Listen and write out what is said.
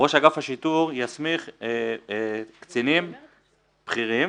ראש אגף השיטור יסמיך קצינים בכירים,